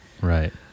Right